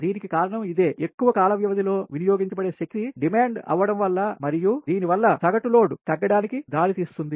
దీనికి కారణం ఇదే ఎక్కువ కాల వ్యవధి లో వినియోగించబడే శక్తి డిమాండ్ అవ్వడం వల్ల మరియు దీనివల్ల సగటు లోడ్ తగ్గడానికినికి దారితీస్తుంది